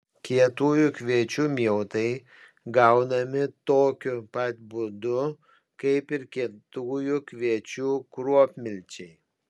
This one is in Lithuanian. kietųjų kviečių miltai gaunami tokiu pat būdu kaip ir kietųjų kviečių kruopmilčiai